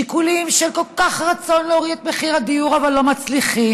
שיקולים של רצון להוריד את מחיר הדיור אבל לא מצליחים